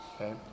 Okay